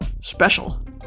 special